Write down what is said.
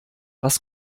was